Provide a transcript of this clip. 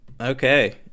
Okay